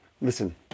listen